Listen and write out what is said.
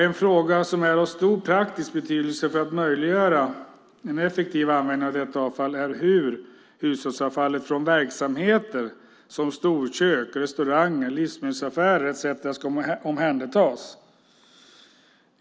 En fråga som är av stor praktisk betydelse för att möjliggöra en effektiv användning av detta avfall är hur hushållsavfallet från verksamheter som storkök, restauranger och livsmedelsaffärer ska omhändertas.